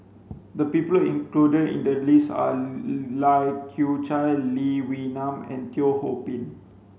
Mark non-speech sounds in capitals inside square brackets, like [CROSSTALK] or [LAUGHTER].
the people included in the list are [UNINTELLIGIBLE] Lai Kew Chai Lee Wee Nam and Teo Ho Pin